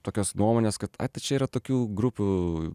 tokios nuomonės kad ai tai čia yra tokių grupių